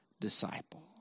disciple